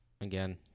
again